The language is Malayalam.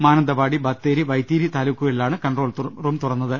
മാനന്തവാടി ബത്തേരി വൈത്തിരി താലുക്കുകളിലാണ് കൺട്രോൾ റൂം തുറന്നത്